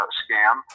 scam